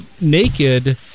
naked